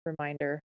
reminder